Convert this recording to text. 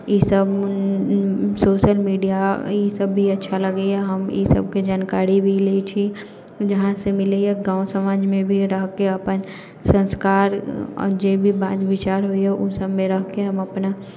ईसब social media ईसब भी अच्छा लगैए हम ईसबके जानकारी भी लै छी जहाँसँ मिलैए गाँव समाजमे भी रहिकऽ भी अपन संस्कार आओर जेभी बात विचार होइए ओहि सबमे रहिकऽ हम अपना